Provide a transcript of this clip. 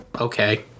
okay